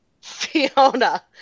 Fiona